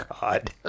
God